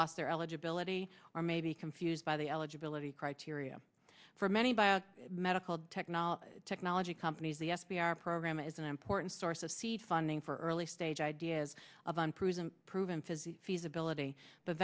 lost their eligibility or may be confused by the eligibility criteria for many buyout medical technology technology companies the f b i our program is an important source of seed funding for early stage ideas of unproven proven fizzy feasibility the